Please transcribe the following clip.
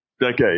decade